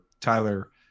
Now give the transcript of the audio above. Tyler